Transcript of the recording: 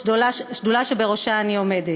שדולה שבראשה אני עומדת.